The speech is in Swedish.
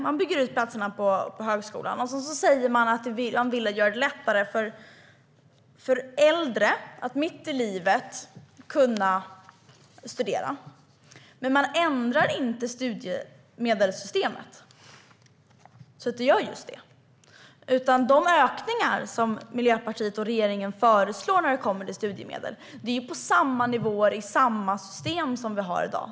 Man bygger ut platserna på högskolan och säger att man vill göra det lättare för äldre att mitt i livet kunna studera. Men man ändrar inte studiemedelssystemet så att det blir just så. De ökningar som Miljöpartiet och regeringen föreslår när det kommer till studiemedel är på samma nivåer i samma system som vi har i dag.